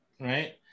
right